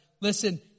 Listen